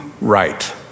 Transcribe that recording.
right